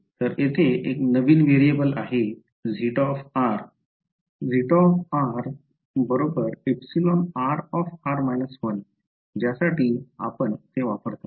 तर तेथे एक नवीन व्हेरिएबल आहे χ εr − 1 ज्यासाठी आपण ते वापरता